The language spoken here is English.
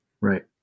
Right